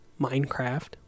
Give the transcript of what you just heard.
Minecraft